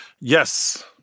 Yes